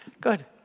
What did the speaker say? Good